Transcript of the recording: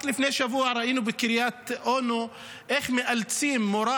רק לפני שבוע ראינו בקריית אונו איך מאלצים מורה